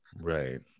right